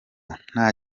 nta